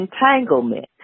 entanglement